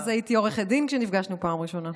אז הייתי עורכת דין, כשנפגשנו פעם ראשונה.